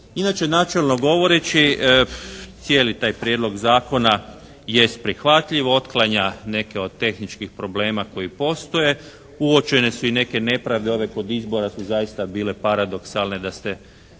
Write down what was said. Inače načelno govoreći cijeli taj Prijedlog zakona jest prihvatljiv. Otklanja neke od tehničkih problema koji postoje. Uočene su i neke nepravde. Ovdje kod izbora su zaista bile paradoksalne da ste,